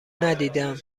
ندیدم